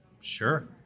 Sure